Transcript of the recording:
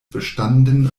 bestanden